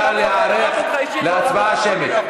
נא להיערך להצבעה שמית.